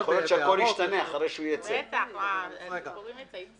יכול להיות שהכול ישתנה אחרי שהנוהל ייצא.